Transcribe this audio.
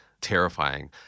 terrifying